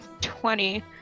twenty